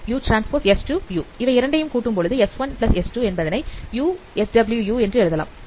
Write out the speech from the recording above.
அவை இரண்டையும் கூட்டும் பொழுது S1 S2 என்பதனை u Swu என்று எழுதலாம்